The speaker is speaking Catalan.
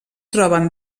troben